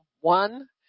one